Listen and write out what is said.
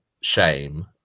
shame